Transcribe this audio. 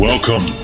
Welcome